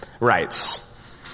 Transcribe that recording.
rights